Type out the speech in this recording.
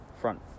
Front